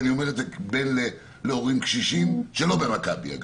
ואני אומר את זה כבן להורים קשישים שהם לא במכבי.